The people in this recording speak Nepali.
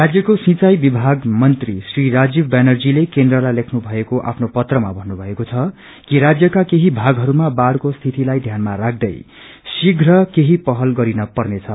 राज्यक्रो सिंचाई विभाग मन्त्री श्री राजीव व्यानर्जीले केन्द्रलाई लेख्नु भएको आफ्नो फत्रमा भन्नुभएको छ राज्यका केही भागहरूमा बाढ़को स्थितिलाई ध्यानमा राख्दै शीघ्र केही पहल गरिन पर्नेछ